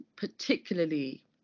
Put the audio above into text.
particularly